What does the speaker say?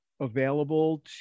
available